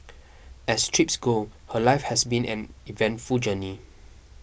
as trips go her life has been an eventful journey